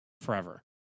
forever